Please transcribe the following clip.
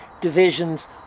divisions